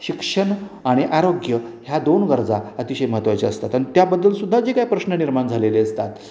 शिक्षणआणि आरोग्य ह्या दोन गरजा अतिशय महत्त्वाच्या असतात अन त्याबद्दलसुद्धा जे काय प्रश्न निर्माण झालेले असतात